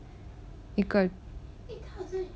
一个